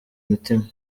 mitima